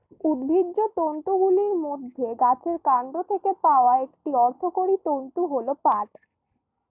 উদ্ভিজ্জ তন্তুগুলির মধ্যে গাছের কান্ড থেকে পাওয়া একটি অর্থকরী তন্তু হল পাট